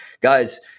Guys